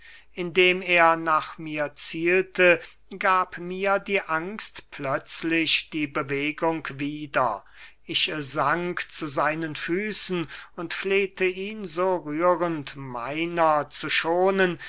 indem er nach mir zielte gab mir die angst plötzlich die bewegung wieder ich sank zu seinen füßen und flehte ihm so rührend meiner zu schonen